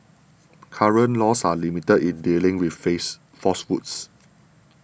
current laws are limited in dealing with face falsehoods